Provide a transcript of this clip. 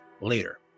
later